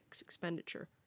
expenditure